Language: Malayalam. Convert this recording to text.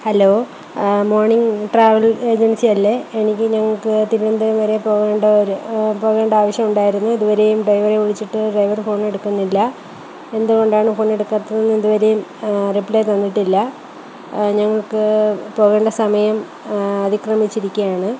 ഹലോ മോർണിംഗ് ട്രാവൽ ഏജൻസി അല്ലേ എനിക്ക് ഞങ്ങൾക്ക് തിരുവനന്തപുരം വരെ പോകേണ്ട ഒരു പോകേണ്ട ആവശ്യമുണ്ടായിരുന്നു ഇതുവരെയും ഡ്രൈവറെ വിളിച്ചിട്ട് ഡ്രൈവറ് ഫോണെടുക്കുന്നില്ല എന്തുകൊണ്ടാണ് ഫോണെടുക്കാത്തതെന്ന് ഇതുവരെയും റിപ്ലൈ തന്നിട്ടില്ല ഞങ്ങൾക്ക് പോകേണ്ട സമയം അതിക്രമിച്ചിരിക്കുകയാണ്